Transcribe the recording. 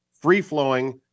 free-flowing